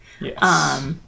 Yes